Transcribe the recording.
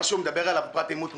הוא דיבר על